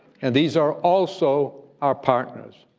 and these are also our partners.